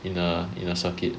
in a in a circuit